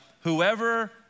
Whoever